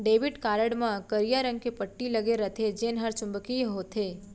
debit card म करिया रंग के पट्टी लगे रथे जेन हर चुंबकीय होथे